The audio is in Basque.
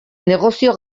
negozio